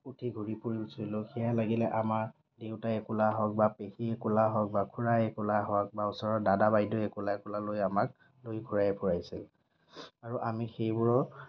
উঠি ঘূৰি ফুৰিছিলোঁ সেয়া লাগিলে আমাৰ দেউতাৰ কোলাই হওক বা পেহীৰ কোলা হওক বা খুৰাৰেই কোলা হওক বা ওচৰৰ দাদা বাইদেউৱে কোলাই কোলাইলৈ আমাক লৈ ঘূৰাই ফুৰাইছিল আৰু আমি সেইবোৰৰ